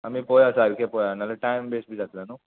आमी पोया सारकें पोवया नाल्या टायम वेस्ट जातले न्हू